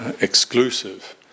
exclusive